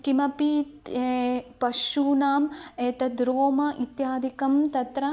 किमपि पशूनां एतद् रोम इत्यादिकं तत्र